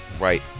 right